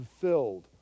fulfilled